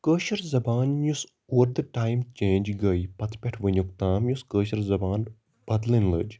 کٲشِر زَبان یۄس اوترٕ تا چینج گٔیہِ پتہٕ پٮ۪ٹھ وٕنٮیُکھ تام یُس کٲشِر زَبان بَدلٕنۍ لٔج